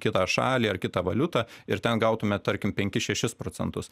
kitą šalį ar kitą valiutą ir ten gautume tarkim penkis šešis procentus